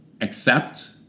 accept